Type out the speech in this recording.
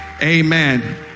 Amen